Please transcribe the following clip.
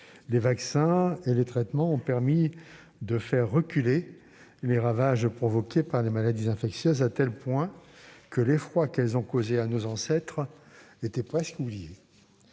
Les vaccins et les traitements ont permis de faire reculer les ravages provoqués par les maladies infectieuses, à tel point que l'effroi qu'elles ont causé à nos ancêtres était presque oublié.